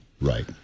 Right